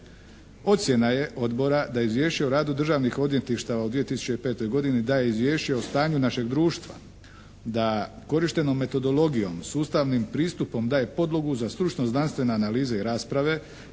Ocjena je Odbora da Izvješće o radu državnih odvjetništava u 2005. godini daje izvješće o stanju našeg društva da korištenom metodologijom sustavnim pristupom daje podlogu za stručno-znanstvene analize i rasprave